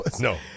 No